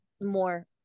more